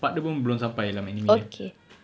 part dia pun belum sampai dalam anime dia